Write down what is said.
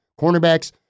Cornerbacks